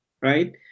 Right